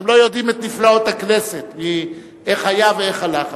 אתם לא יודעים את נפלאות הכנסת, איך היה ואיך הלך.